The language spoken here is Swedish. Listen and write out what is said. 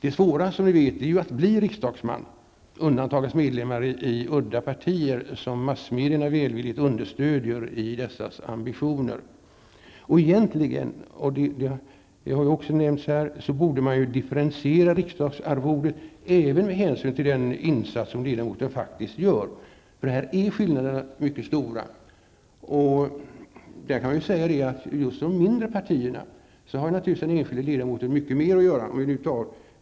Det svåra är som vi vet att bli riksdagsman, undantaget medlemmar i udda partier, som välvilligt understöds av massmedia i sina ambitioner. Man borde egentligen -- som också har nämnts i debatten -- differentiera riksdagsarvodet även med hänsyn till den insats som ledamoten faktiskt gör. Skillnaderna i det avseendet är nämligen mycket stora. I de mindre partierna har den enskilde ledamoten naturligtvis mycket mera att göra.